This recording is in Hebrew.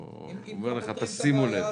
אני אומר לך: שימו לב.